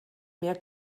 mehr